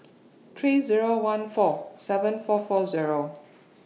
three Zero one four seven four four Zero